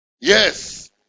Yes